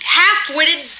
half-witted